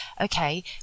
okay